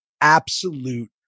absolute